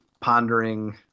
pondering